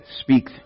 speak